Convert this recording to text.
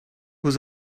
was